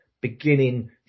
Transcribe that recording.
beginning